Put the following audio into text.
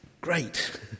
Great